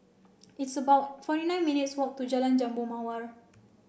it's about forty nine minutes' walk to Jalan Jambu Mawar